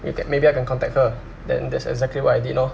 ma~ maybe I can contact her then that's exactly what I did lor